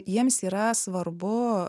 jiems yra svarbu